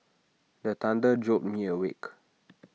the thunder jolt me awake